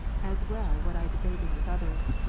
as well what i debated with others,